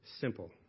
Simple